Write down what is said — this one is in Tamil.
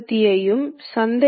002 mm சமம்